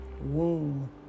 womb